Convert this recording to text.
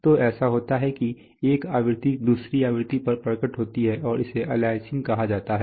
तो ऐसा होता है कि एक आवृत्ति दूसरी आवृत्ति पर प्रकट होती है और इसे अलियासिंग कहा जाता है